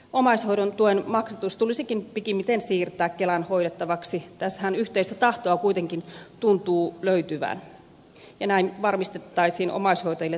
omaishoidon tuen maksatus tulisikin pikimmiten siirtää kelan hoidettavaksi tässähän yhteistä tahtoa kuitenkin tuntuu löytyvän ja näin varmistettaisiin omaishoitajille tasapuolinen korvaus